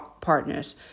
partners